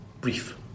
Brief